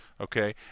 Okay